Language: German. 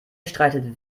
streitet